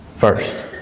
first